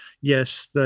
yes